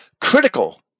critical